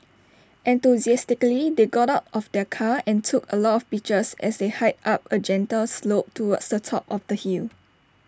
enthusiastically they got out of the car and took A lot of pictures as they hiked up A gentle slope towards the top of the hill